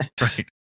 Right